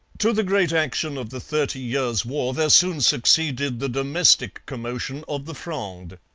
to the great action of the thirty years' war there soon succeeded the domestic commotion of the fronde.